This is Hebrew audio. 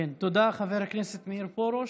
תודה, חבר הכנסת מאיר פרוש.